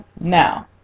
Now